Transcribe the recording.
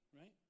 right